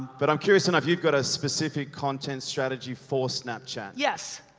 but i'm curious to know if you've got a specific content strategy for snapchat? yes.